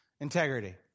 integrity